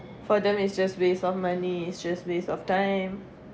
for them it's just waste of money it's just waste of time